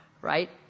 right